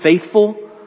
faithful